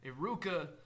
iruka